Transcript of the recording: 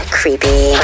creepy